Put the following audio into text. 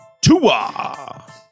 Tua